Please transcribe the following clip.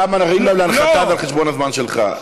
אתה מרים להם להנחתה, זה על חשבון הזמן שלך.